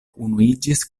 unuiĝis